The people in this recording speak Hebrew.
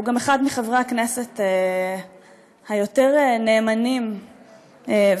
הוא גם אחד מחברי הכנסת היותר-נאמנים ואמיתיים